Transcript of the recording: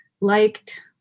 liked –